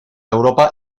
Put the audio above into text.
europa